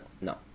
no